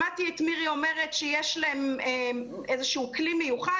שמעתי את מירי אומרת שיש להם איזשהו כלי מיוחד.